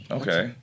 okay